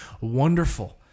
wonderful